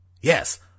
Yes